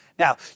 Now